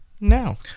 now